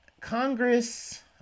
Congress